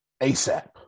ASAP